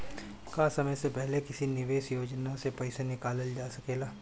का समय से पहले किसी निवेश योजना से र्पइसा निकालल जा सकेला?